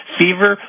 fever